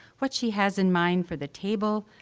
what she has in mind for the table,